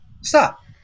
stop